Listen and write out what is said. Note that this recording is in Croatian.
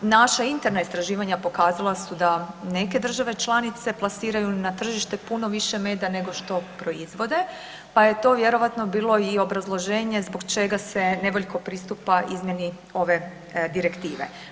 Naša interna istraživanja pokazala su da neke države članice plasiraju na tržište puno više meda nego što proizvode, pa je to vjerojatno bilo i obrazloženje zbog čega se nevoljko pristupa izmjeni ove direktive.